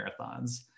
marathons